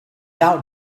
out